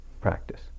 practice